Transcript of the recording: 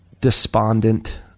despondent